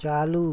चालू